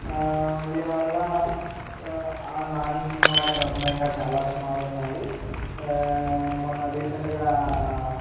దీనివల్ల ఆ నాని సినిమా కాకుండా ఇంకా చాలా సినిమాలు ఉన్నాయి మొన్న రీసెంట్గా